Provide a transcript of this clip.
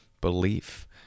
belief